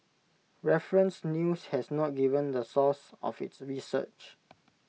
Reference news has not given the source of its research